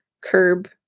curb